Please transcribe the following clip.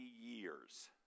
years